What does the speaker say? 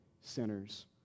sinners